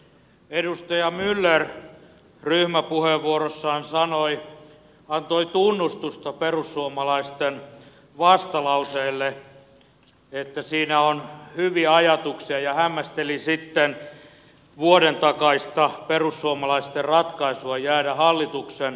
edustaja myller ryhmäpuheenvuorossaan antoi tunnustusta perussuomalaisten vastalauseelle että siinä on hyviä ajatuksia ja hämmästeli sitten vuoden takaista perussuomalaisten ratkaisua jäädä hallituksen ulkopuolelle